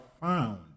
found